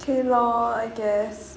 K lor I guess